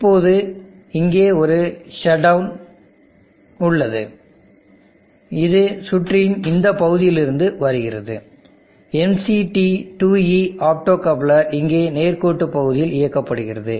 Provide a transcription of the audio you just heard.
இப்போது இங்கே ஒரு ஷட் டவுன் பின் உள்ளது இது சுற்றின் இந்த பகுதியிலிருந்து வருகிறது MCT2E ஆப்டோகப்லர் இங்கே நேர்கோட்டு பகுதியில் இயக்கப்படுகிறது